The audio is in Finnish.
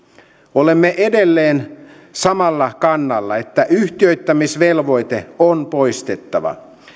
olemme edelleen samalla kannalla että yhtiöittämisvelvoite on poistettava